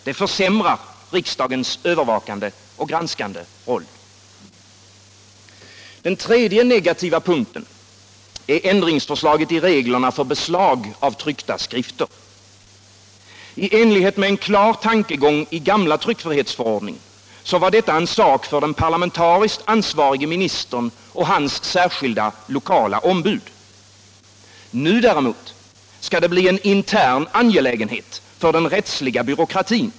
Det försämrar riksdagens övervakande och granskande roll. Den tredje negativa punkten är förslaget om ändring i reglerna för beslag av tryckta skrifter. I enlighet med en klar tankegång i gamla tryckfrihetsförordningen var detta en sak för den parlamentariskt ansvarige ministern och hans särskilda lokala ombud. Nu däremot skall det bli en intern angelägenhet för den rättsliga byråkratin.